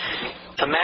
Imagine